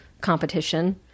competition